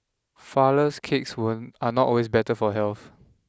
flourless cakes were are not always better for health